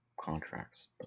contracts